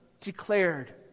declared